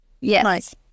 yes